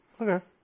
Okay